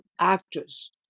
actors